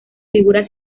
figura